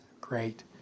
great